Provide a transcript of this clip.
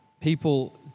people